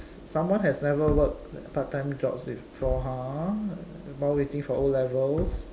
someone has never worked part time jobs before !huh! while waiting for O levels